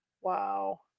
Wow